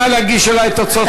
נא להגיש אלי את תוצאות